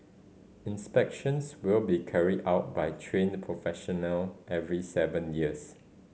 inspections will be carried out by trained professional every seven years